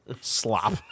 Slop